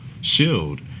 shield